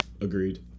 Agreed